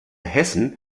hessen